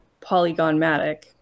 Polygon-matic